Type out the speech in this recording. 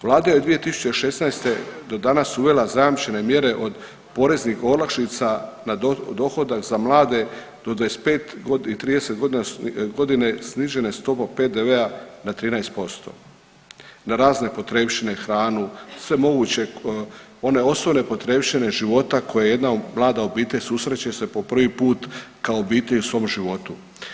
Vlada je 2016. do danas uvela zajamčene mjere od poreznih olakšica na dohodak za mlade do 25.g. i 30.g., snižena je stopa PDV-a na 13% na razne potrepštine, hranu, sve moguće one osnovne potrepštine života koje jedna mlada obitelj susreće se po prvi put kao obitelj u svom životu.